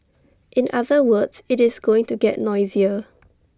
in other words IT is going to get noisier